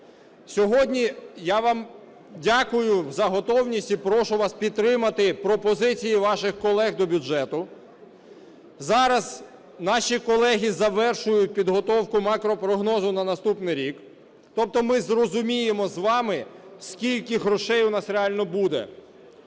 Сьогодні я вам дякую за готовність і прошу вас підтримати пропозиції ваших колег до бюджету. Зараз наші колеги завершують підготовку макропрогнозу на наступний рік. Тобто ми зрозуміємо з вами, скільки грошей у нас реально буде,